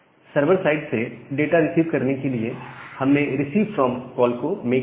server side से data receive करने के लिए हमने रिसीव फ्रॉम कॉल को मेक किया है